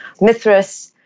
Mithras